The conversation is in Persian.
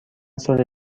سال